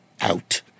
out